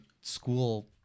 school